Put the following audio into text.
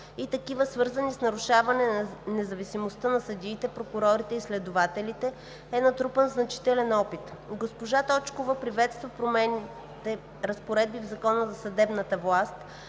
и такива, свързани с нарушаване независимостта на съдиите, прокурорите и следователите, е натрупан значителен опит. Госпожа Точкова приветства променените разпоредби в Закона за съдебната власт,